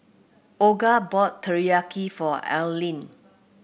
Olga bought Teriyaki for Alline